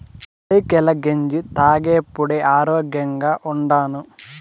అరికెల గెంజి తాగేప్పుడే ఆరోగ్యంగా ఉండాను